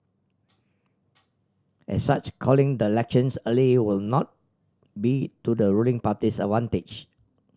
as such calling the elections early will not be to the ruling party's advantage